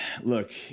look